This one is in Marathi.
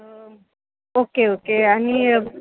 ओके ओके आणि